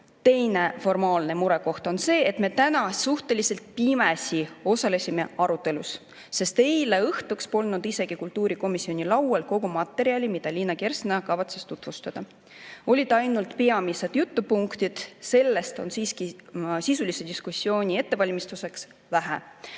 Teine formaalne murekoht on see, et me täna suhteliselt pimesi osalesime arutelus, sest eile õhtuks polnud isegi kultuurikomisjoni laual kogu materjali, mida Liina Kersna kavatses tutvustada. Olid ainult peamised jutupunktid. Sellest on siiski sisulise diskussiooni ettevalmistuseks vähe.